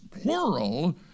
plural